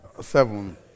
seven